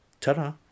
ta-da